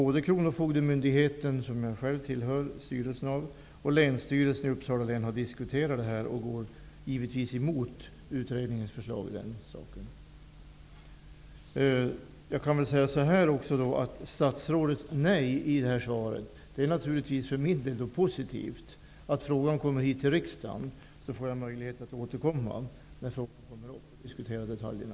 Både kronofogdemyndigheten, i vars styrelse jag sitter, och länsstyrelsen i Uppsala län har diskuterat denna fråga och går givetvis emot utredningens förslag. Statsrådets nej i svaret till min fråga är naturligtvis positivt för min del. Det innebär att när ärendet kommer hit till riksdagen får jag möjlighet att återkomma i frågan och diskutera detaljerna.